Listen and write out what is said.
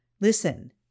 Listen